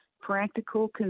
practical